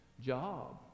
Job